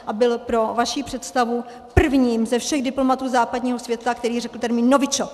A byl pro vaši představu prvním ze všech diplomatů západního světa, který řekl termín novičok.